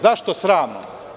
Zašto sramno?